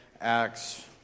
Acts